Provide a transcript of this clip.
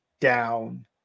down